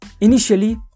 Initially